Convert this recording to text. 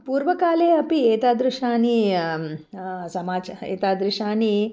पूर्वकाले अपि एतादृशानि समाचारः एतादृशानि